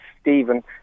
Stephen